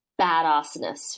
badassness